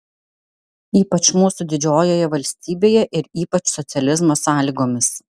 ypač mūsų didžiojoje valstybėje ir ypač socializmo sąlygomis